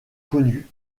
connu